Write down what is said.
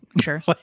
Sure